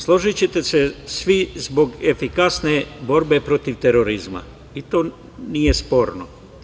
Složićete se svi zbog efikasne borbe protiv terorizma i to nije sporno.